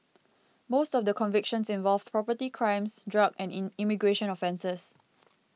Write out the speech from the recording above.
most of the convictions involved property crimes drug and in immigration offences